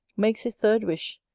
makes his third wish,